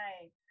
right